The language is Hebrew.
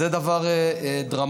זה דבר דרמטי.